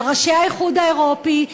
של ראשי האיחוד האירופי,